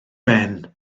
ben